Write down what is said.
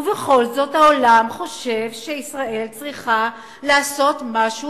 ובכל זאת העולם חושב שישראל צריכה לעשות משהו,